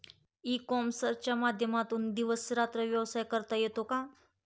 E कॉमर्सच्या माध्यमातून दिवस रात्र व्यवसाय करता येतो का?